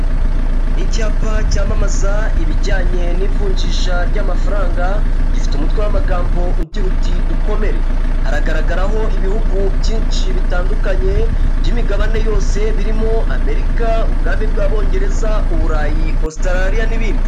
Ni icyapa cyamamaza ibijyanye n'ivunjisha ry'amafaranga gifite umutwe w'amagambo ugira uti dukomere, haragaragaraho ibihugu byinshi bitandukanye by'imigabane yose birimo Amerika, Ubwami bw'abongereza, Uburayi, Ositiraliya n'ibindi.